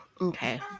Okay